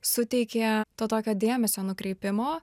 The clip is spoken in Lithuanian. suteikė to tokio dėmesio nukreipimo